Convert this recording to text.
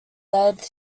led